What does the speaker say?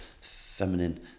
feminine